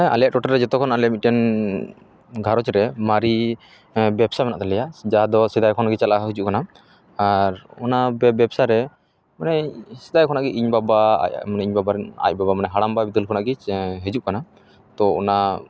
ᱟᱞᱮᱭᱟᱜ ᱴᱚᱴᱷᱟ ᱨᱮ ᱡᱚᱛᱚ ᱠᱷᱚᱱ ᱟᱞᱮᱭᱟᱜ ᱢᱤᱫᱴᱮᱱ ᱜᱷᱟᱨᱚᱸᱡᱽ ᱨᱮ ᱢᱟᱨᱮ ᱵᱮᱵᱥᱟ ᱢᱮᱱᱟᱜ ᱛᱟᱞᱮᱭᱟ ᱡᱟᱦᱟᱸᱫᱚ ᱥᱮᱫᱟᱭ ᱠᱷᱚᱱ ᱜᱮ ᱪᱟᱞᱟᱣ ᱦᱤᱡᱩᱜ ᱠᱟᱱᱟ ᱟᱨ ᱚᱱᱟ ᱵᱮᱯᱥᱟ ᱨᱮ ᱢᱟᱱᱮ ᱥᱮᱫᱟᱭ ᱠᱷᱚᱱᱟᱜ ᱜᱮ ᱤᱧ ᱵᱟᱵᱟ ᱢᱟᱱᱮ ᱤᱧ ᱵᱟᱵᱟ ᱨᱮᱱ ᱟᱡ ᱵᱟᱵᱟ ᱢᱟᱱᱮ ᱦᱟᱲᱟᱢ ᱵᱤᱫᱟᱹᱞ ᱠᱷᱚᱱᱟᱜ ᱜᱮ ᱦᱤᱡᱩᱜ ᱠᱟᱱᱟ ᱛᱳ ᱚᱱᱟ